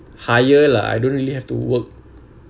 higher lah I don't really have to work